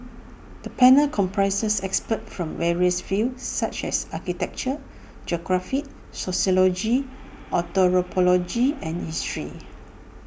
the panel comprises experts from various fields such as architecture geography sociology anthropology and history